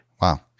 Wow